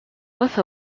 both